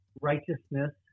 righteousness